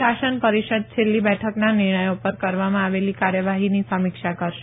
શાસન પરિષદ છેલ્લી બેઠકના નિર્ણયો પર કરવામાં આવેલી કાર્યવાહીની સમીક્ષા કરશે